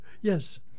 Yes